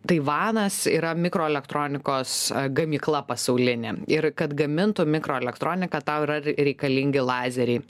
taivanas yra mikroelektronikos gamykla pasaulinė ir kad gamintų mikroelektroniką tau yra re reikalingi lazeriai